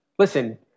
Listen